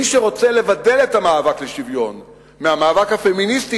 מי שרוצה לבדל את המאבק לשוויון מהמאבק הפמיניסטי,